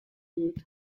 dut